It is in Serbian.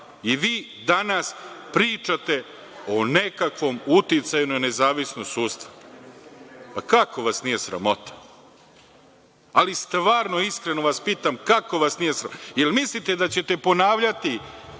I vi danas pričate o nekakvom uticaju na nezavisnost sudstva?! Pa, kako vas nije sramota? Ali stvarno, iskreno vas pitam, kako vas nije sramota? Da li mislite da ćete ponavljati